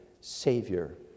savior